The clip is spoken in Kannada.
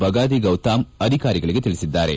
ಬಗಾದಿ ಗೌತಮ್ ಅಧಿಕಾರಿಗಳಿಗೆ ಸೂಚಿಸಿದ್ದಾರೆ